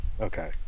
okay